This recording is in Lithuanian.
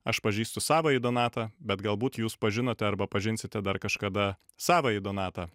aš pažįstu savąjį donatą bet galbūt jūs pažinote arba pažinsite dar kažkada savąjį donatą